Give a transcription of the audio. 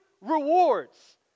rewards